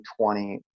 20